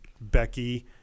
Becky